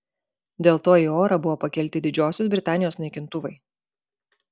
dėl to į orą buvo pakelti didžiosios britanijos naikintuvai